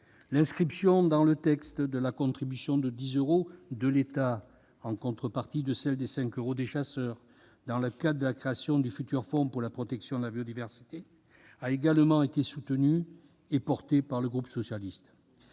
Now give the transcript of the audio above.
l'inscription dans le texte de la contribution de 10 euros de l'État, en contrepartie de celle de 5 euros des chasseurs, dans le cadre de la création du futur fonds pour la protection de la biodiversité, a également été soutenue et portée par le groupe socialiste.